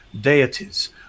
deities